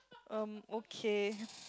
um okay